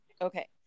Okay